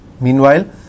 Meanwhile